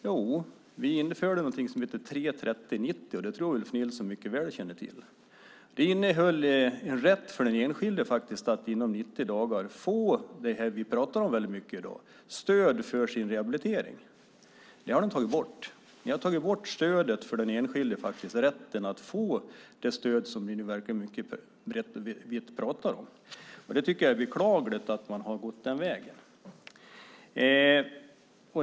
Jo, vi införde någonting som hette 3-30-90, som jag tror att Ulf Nilsson mycket väl känner till. Det innehöll en rätt för den enskilde att inom 90 dagar få det som vi pratar mycket om i dag, det vill säga stöd för sin rehabilitering. Det har ni tagit bort. Ni har tagit bort stödet för den enskilde, rätten att få det stöd som vi pratar om. Jag tycker att det är beklagligt att man har gått den vägen.